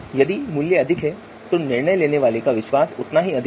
यदि मूल्य अधिक है तो निर्णय लेने वाले का विश्वास उतना ही अधिक होगा